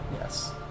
Yes